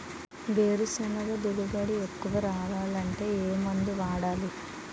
వేరుసెనగ దిగుబడి ఎక్కువ రావాలి అంటే ఏ మందు వాడాలి?